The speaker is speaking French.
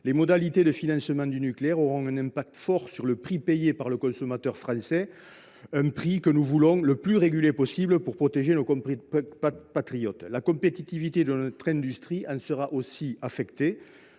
les modalités de financement du nucléaire auront un impact fort sur le prix payé par le consommateur français. Or nous voulons que ce prix soit le plus régulé possible pour protéger nos compatriotes. La compétitivité de notre industrie en sera aussi affectée.